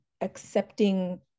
accepting